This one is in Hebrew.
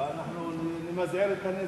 ואנחנו נמזער את הנזק.